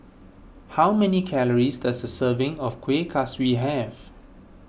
how many calories does a serving of Kuih Kaswi have